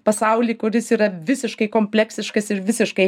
pasaulį kuris yra visiškai kompleksiškas ir visiškai